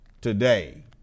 today